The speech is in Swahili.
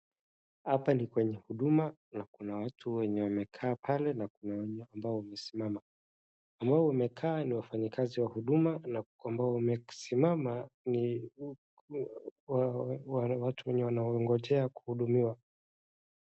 Hapa ni kwenye huduma na kuna watu wenye wamekaa pale na kuna wengine ambao wamesimama. Ambao wamekaa ni wafanyikazi wa huduma na ambao wamesimama ni watu ambao wanangojea kuhudumiwa.